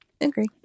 Agree